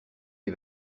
les